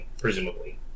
presumably